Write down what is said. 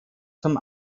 zum